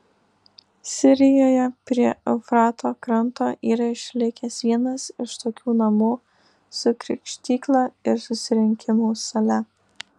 sirijoje prie eufrato kranto yra išlikęs vienas iš tokių namų su krikštykla ir susirinkimų sale